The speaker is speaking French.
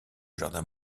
jardin